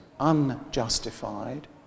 unjustified